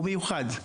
הוא מיוחד.